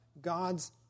God's